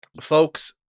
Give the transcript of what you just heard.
folks